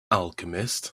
alchemist